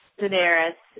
Daenerys